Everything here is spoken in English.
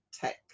tech